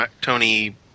Tony